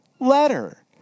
letter